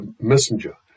messenger